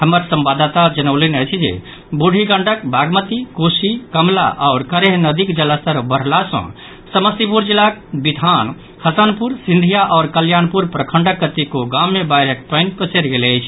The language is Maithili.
हमर संवाददाता जनौलनि अछि जे बूढ़ी गंडक बागमती कोसी कमला आओर करेह नदीक जलस्तर बढ़ला सँ समस्तीपुर जिलाक बिथान हसनपुर सिंधिया आओर कल्याणपुर प्रखंडक कतेको गाम मे बाढ़िक पानि पसरि गेल अछि